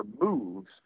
moves